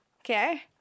Okay